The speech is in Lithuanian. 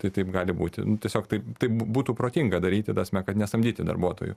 tai taip gali būti nu tiesiog taip tai būtų protinga daryti tasme kad nesamdyti darbuotojų